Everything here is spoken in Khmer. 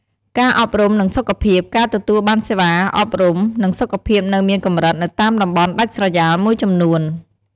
ការអប់រំ និងសុខភាព ការទទួលបានសេវាអប់រំ និងសុខភាពនៅមានកម្រិតនៅតាមតំបន់ដាច់ស្រយាលមួយចំនួន។